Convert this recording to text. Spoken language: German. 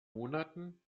monaten